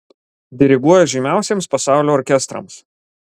diriguoja žymiausiems pasaulio orkestrams